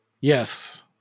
Yes